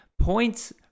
points